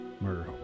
murder